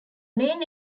main